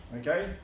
Okay